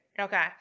Okay